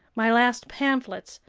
my last pamphlets,